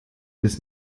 bis